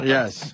Yes